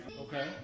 okay